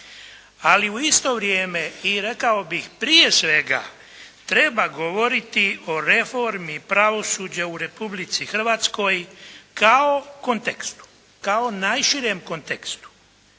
ali u isto vrijeme. I rekao bih prije svega treba govoriti o reformi pravosuđa u Republici Hrvatskoj kao kontekstu, kao najširem kontekstu.